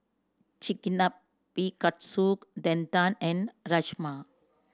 Chigenabe Katsu Tendon and Rajma